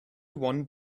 one